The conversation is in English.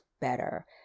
better